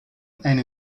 and